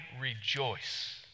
rejoice